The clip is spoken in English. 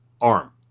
arm